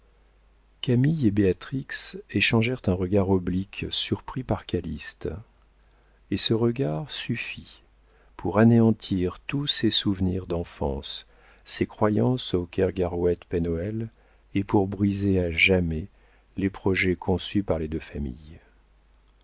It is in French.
et béatrix échangèrent un regard oblique surpris par calyste et ce regard suffit pour anéantir tous ses souvenirs d'enfance ses croyances aux kergarouët pen hoël et pour briser à jamais les projets conçus par les deux familles